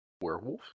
Werewolf